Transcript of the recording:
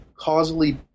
causally